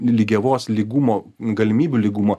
lygiavos lygumo galimybių lygumo